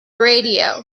radio